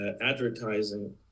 advertising